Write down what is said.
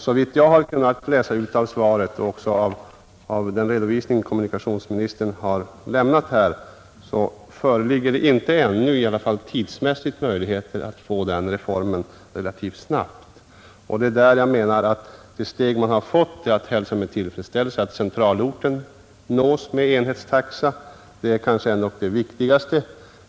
Såvitt jag har kunnat läsa ut av svaret och av den redovisning som kommunikationsministern har lämnat föreligger ännu inte någon möjlighet att få den reformen relativt snabbt. Det steg som har tagits och som innebär att centralorten nås med enhetstaxa är att hälsa med tillfredsställelse — det är kanske ändå viktigast.